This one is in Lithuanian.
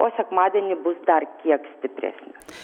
o sekmadienį bus dar kiek stipresnis